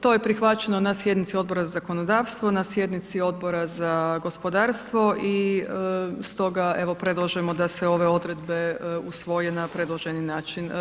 To je prihvaćeno na sjednici Odbor za zakonodavstvo, na sjednici Odbora za gospodarstvo i stoga evo predlažemo da se ove odredbe usvoje na predloženi način.